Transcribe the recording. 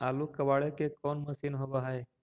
आलू कबाड़े के कोन मशिन होब है?